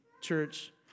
church